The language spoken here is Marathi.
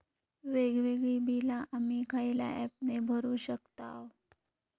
वेगवेगळी बिला आम्ही खयल्या ऍपने भरू शकताव?